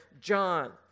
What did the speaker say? John